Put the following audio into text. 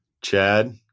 Chad